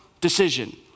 decision